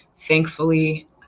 Thankfully